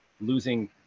losing